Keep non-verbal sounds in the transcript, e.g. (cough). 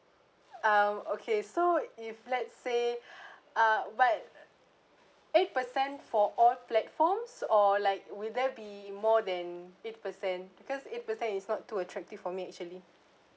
um okay so if let's say (breath) ah what eight percent for all platforms or like will there be more than eight percent because eight percent is not too attractive for me actually